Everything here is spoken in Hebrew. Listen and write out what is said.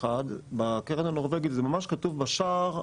בקרן הנורבגית זה ממש כתוב בשער,